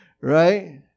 Right